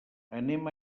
anem